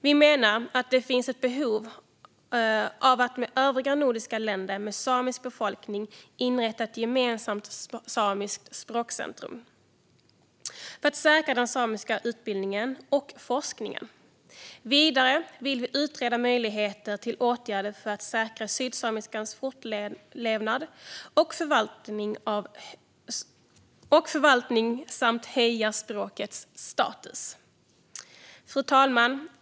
Vi menar att det finns ett behov av att med övriga nordiska länder med samisk befolkning inrätta ett gemensamt samiskt språkcentrum för att säkra den samiska utbildningen och forskningen. Vidare vill vi utreda möjligheterna till åtgärder för att säkra sydsamiskans fortlevnad och förvaltning samt höja språkets status. Fru talman!